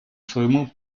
своему